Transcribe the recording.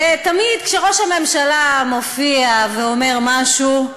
תמיד כשראש הממשלה מופיע ואומר משהו,